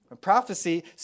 Prophecy